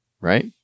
right